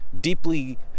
deeply